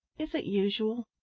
is it usual?